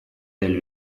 del